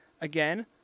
Again